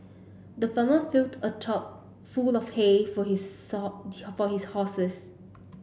the farmer filled a trough full of hay for his for his horses